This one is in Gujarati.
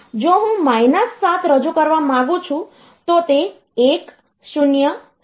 જો હું 7 રજૂ કરવા માંગુ છું તો તે 1000 થશે